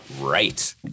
right